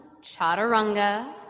Chaturanga